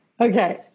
Okay